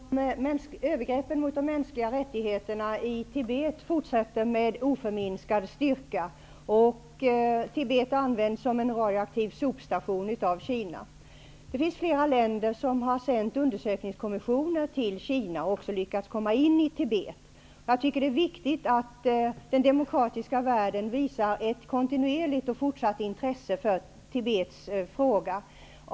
Herr talman! Jag vill ställa min fråga till utrikesministern. Övergreppen mot de mänskliga rättigheterna i Tibet fortsätter med oförminskad styrka. Tibet används av Kina som en radioaktiv sopstation. Flera länder har sänt undersökningskommissioner till Kina, vilka också lyckats komma in i Tibet. Jag tycker att det är viktigt att den demokratiska världen visar ett kontinuerligt intresse för Tibets fråga.